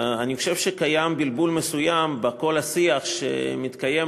אני חושב שקיים בלבול מסוים בכל השיח שמתקיים